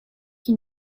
qui